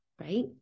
right